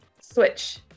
switch